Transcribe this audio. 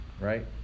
Right